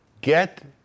Get